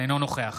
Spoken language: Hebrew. אינו נוכח